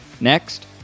Next